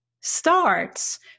starts